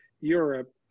Europe